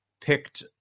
picked